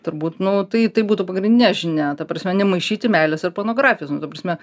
turbūt nu tai tai būtų pagrindinė žinia ta prasme nemaišyti meilės ir pornografijos nu ta prasme